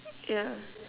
yeah